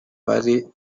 bari